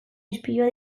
ispilua